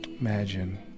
imagine